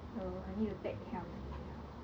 so I need to take care of myself